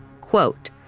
quote